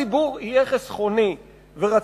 אם הציבור יהיה חסכני ורציונלי,